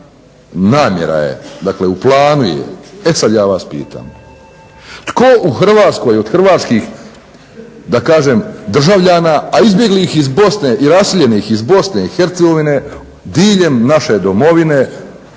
Namjera je, dakle u planu je. E sad ja vas pitam. Tko u Hrvatskoj od hrvatskih da kažem državljana, a izbjeglih iz Bosne i raseljenih iz Bosne i Hercegovine diljem naše Domovine